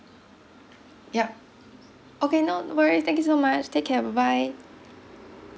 yup okay no no worries thank you so much take care bye bye